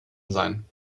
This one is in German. sein